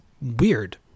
weird